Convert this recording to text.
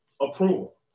approval